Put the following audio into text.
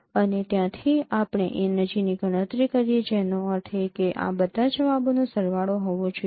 અને ત્યાંથી આપણે એનર્જીની ગણતરી કરીએ જેનો અર્થ એ કે આ બધા જવાબોનો સરવાળો હોવો જોઈએ